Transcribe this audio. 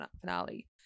finale